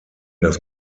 das